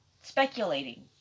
speculating